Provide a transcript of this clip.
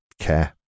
care